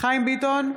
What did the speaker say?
חיים ביטון,